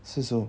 四十五